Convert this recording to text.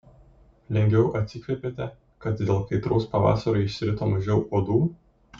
lengviau atsikvėpėte kad dėl kaitraus pavasario išsirito mažiau uodų